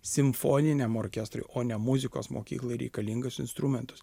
simfoniniam orkestrui o ne muzikos mokyklai reikalingus instrumentus